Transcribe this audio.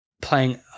playing